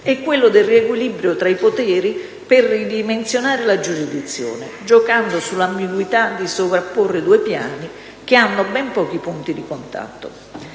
e quello del «riequilibrio» tra i poteri per ridimensionare la giurisdizione, giocando sull'ambiguità di sovrapporre due piani, che hanno ben pochi punti di contatto.